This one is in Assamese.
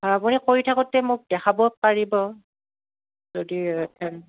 আপুনি কৰি থাকোঁতে মোক দেখাব পাৰিব